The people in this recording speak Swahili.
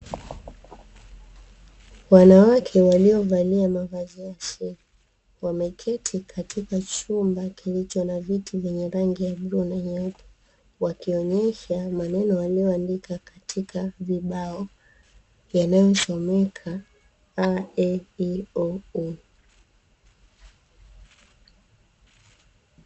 Wanawake waliovalia mavazi ya asili wameketi katika chumba kilicho na viti vyenye rangi ya bluu na nyeupe, wakionyesha maneno aliyoandikwa katika vibao yanayomsomeka "a e i o u".